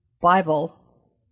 Bible